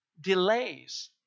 delays